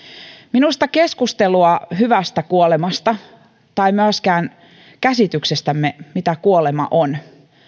minusta keskustelua hyvästä kuolemasta tai myöskään käsityksestämme mitä kuolema on